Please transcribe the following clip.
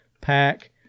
pack